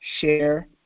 share